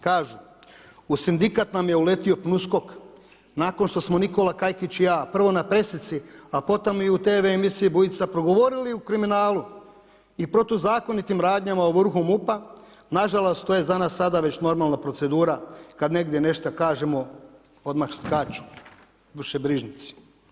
Kažu: u sindikat nam je uletio PNUSKOK, nakon što smo Nikola Kajkić i ja provo na presici, a potom i u TV emisiji Bujica progovorili o kriminalu i protuzakonitim radnjama u vrhu MUP-a nažalost to je sada za nas sada već normalna procedura kada negdje nešta kažemo odmah skaču dušobrižnici.